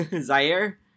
Zaire